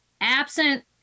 Absent